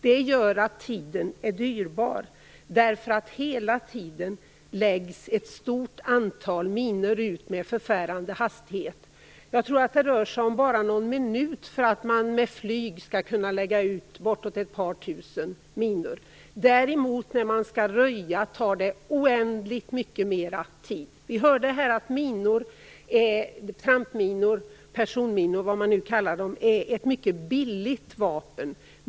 Det gör att tiden är dyrbar. Hela tiden läggs ett stort antal minor ut med förfärande hastighet. Jag tror att det rör sig om bara någon minut för att med flyg lägga ut bortåt ett par tusen minor. När man skall röja tar det däremot oändligt mycket mera tid. Vi hörde här att minor - trampminor, personminor eller vad man nu kallar dem - är ett mycket billigt vapen.